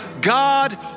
God